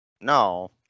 No